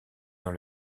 dans